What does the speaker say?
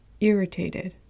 irritated